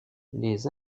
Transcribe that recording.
les